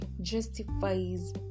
justifies